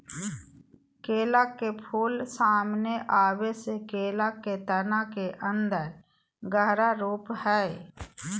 केला के फूल, सामने आबे से केला के तना के अन्दर गहरा रूप हइ